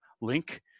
link